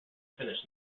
finish